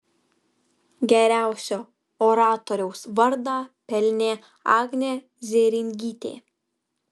geriausio oratoriaus vardą pelnė agnė zėringytė